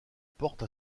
porte